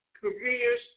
careers